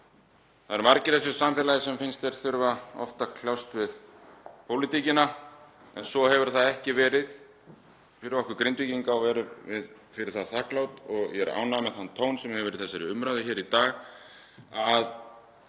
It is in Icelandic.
Það eru margir í þessu samfélagi sem finnst þeir oft þurfa að kljást við pólitíkina en svo hefur það ekki verið fyrir okkur Grindvíkinga og fyrir það erum við þakklát. Ég er ánægður með þann tón sem hefur verið í þessari umræðu hér í dag, að